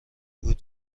بود